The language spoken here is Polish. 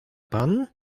pan